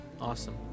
Awesome